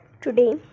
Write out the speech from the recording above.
today